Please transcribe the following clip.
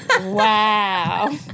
Wow